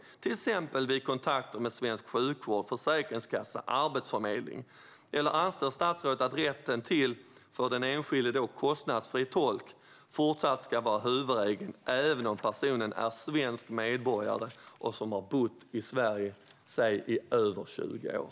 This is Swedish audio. Det kan till exempel gälla vid kontakter med svensk sjukvård, Försäkringskassan eller Arbetsförmedlingen. Eller anser statsrådet att rätten för den enskilde till kostnadsfri tolk fortsatt ska vara huvudregel, även om personen är svensk medborgare och har bott i Sverige i över 20 år?